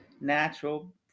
natural